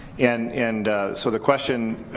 and and so the question,